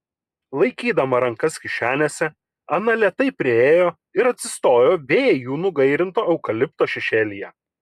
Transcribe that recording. laikydama rankas kišenėse ana lėtai priėjo ir atsistojo vėjų nugairinto eukalipto šešėlyje